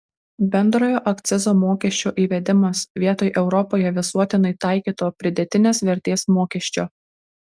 bendrojo akcizo mokesčio įvedimas vietoj europoje visuotinai taikyto pridėtinės vertės mokesčio